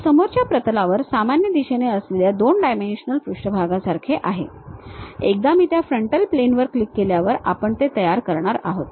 हे समोरच्या प्रतलावर सामान्य दिशेने असलेल्या २ डायमेन्शनल पृष्ठासारखे आहे आहे एकदा मी त्या फ्रंटल प्लेनवर क्लिक केल्यावर आपण ते तयार करणार आहोत